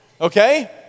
okay